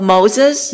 Moses